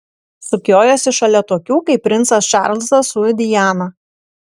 sukiojosi šalia tokių kaip princas čarlzas su diana